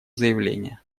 заявление